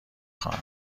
خواهم